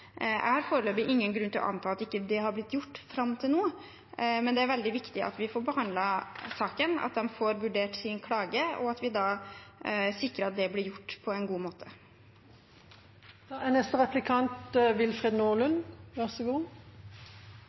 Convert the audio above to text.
Jeg har foreløpig ingen grunn til å anta at ikke det har blitt gjort fram til nå, men det er veldig viktig at vi får behandlet saken, at de får vurdert sin klage, og at vi sikrer at det blir gjort på en god måte. Statsråden har jo ansvaret for integrering, og integrering er